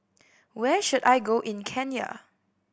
where should I go in Kenya